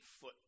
foot